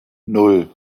nan